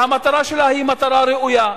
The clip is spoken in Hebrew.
שהמטרה שלה היא מטרה ראויה,